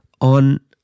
on